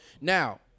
Now-